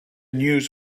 news